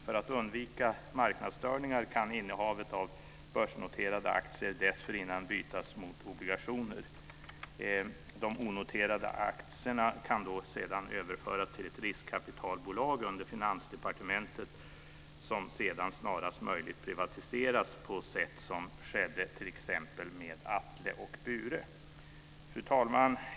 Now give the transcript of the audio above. För att undvika marknadsstörningar kan innehavet av börsnoterade aktier dessförinnan bytas mot obligationer. De onoterade aktierna kan sedan överföras till ett riskkapitalbolag under Finansdepartementet som sedan snarast möjligt privatiseras på sätt som skedde t.ex. med Atle och Bure. Fru talman!